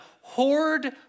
hoard